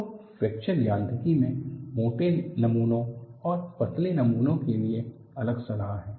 तो फ्रैक्चर यांत्रिकी में मोटे नमूनों और पतले नमूनों के लिए अलग सलाह हैं